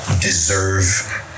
deserve